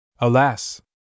alas